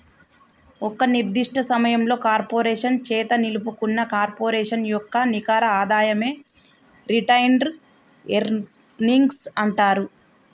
ఒక నిర్దిష్ట సమయంలో కార్పొరేషన్ చేత నిలుపుకున్న కార్పొరేషన్ యొక్క నికర ఆదాయమే రిటైన్డ్ ఎర్నింగ్స్ అంటరు